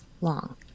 long